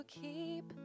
keep